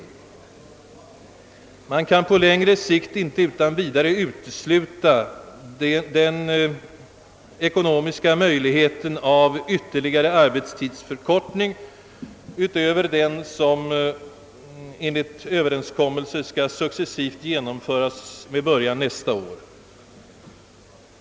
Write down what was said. Man kan i varje fall på längre sikt inte utan vidare utesluta den ekonomiska möjligheten av arbetstidsförkortning utöver den som enligt överenskommelse skall genomföras successivt med början nästa år.